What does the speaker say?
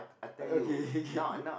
uh okay K